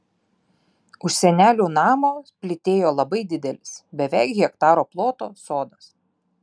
už senelių namo plytėjo labai didelis beveik hektaro ploto sodas